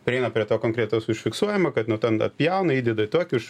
prieina prie to konkretaus užfiksuojama kad nu ten atpjauna įdeda į tokį už